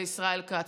לישראל כץ,